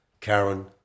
Karen